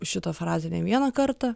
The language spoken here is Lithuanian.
šitą frazę ne vieną kartą